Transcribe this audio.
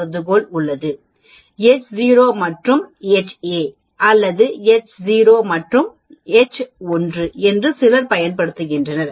கருதுகோள் Ho மற்றும் Haஅல்லது சிலர் Ho மற்றும் H1 என்று சிலர் பயன்படுத்துகின்றனர்